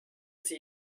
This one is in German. sie